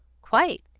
quite!